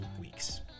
weeks